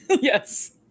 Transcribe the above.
Yes